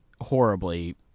Horribly